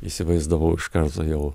įsivaizdavau iškart sakiau